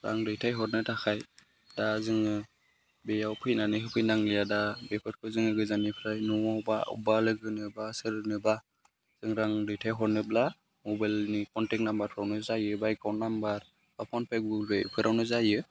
रां दैथायहरनो थाखाय दा जोङो बेयाव फैनानै होफैनांलिया दा बेफोरखौ जोङो गोजाननिफ्राय न'आव बा बबेबा लोगोनो बा सोरनोबा रां दैथायहरनोब्ला मबाइलनि कन्टेक्ट नामबारफ्रावनो जायो बा एखाउन्ट नामबार बा फ'नपे गुगोलपे बेफोरावनो जायो